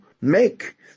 make